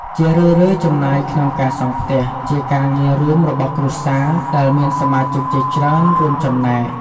ជារឿយៗ ចំណាយក្នុងការសង់ផ្ទះ ជាការងាររួមគ្នារបស់គ្រួសារ ដែលមានសមាជិកជាច្រើនរួមចំណែក។